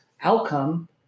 outcome